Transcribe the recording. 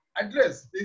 address